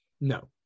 No